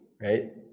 right